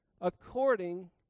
According